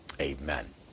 Amen